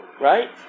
right